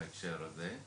בהקשר הזה,